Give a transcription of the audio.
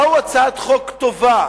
באו עם הצעת חוק טובה,